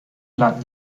landen